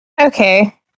Okay